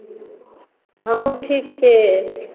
हमहुँ ठीक छियै